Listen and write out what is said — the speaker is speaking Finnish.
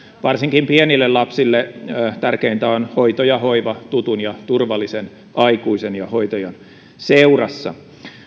varsinkin pienille lapsille tärkeintä ovat hoito ja hoiva tutun ja turvallisen aikuisen ja hoitajan seurassa